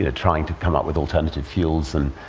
yeah trying to come up with alternative fuels and,